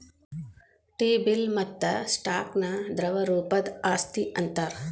T bill ಮತ್ತ stock ನ ದ್ರವ ರೂಪದ್ ಆಸ್ತಿ ಅಂತಾರ್